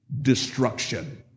destruction